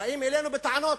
באים אלינו עוד בטענות.